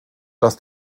dass